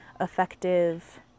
effective